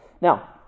Now